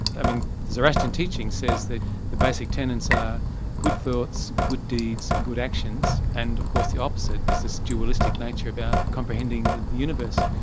i mean zoroastrian teaching says that the basic tenets are good thoughts, good deeds, good actions. and of course the opposite is this dualistic nature about comprehending the the universe.